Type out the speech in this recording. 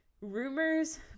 rumors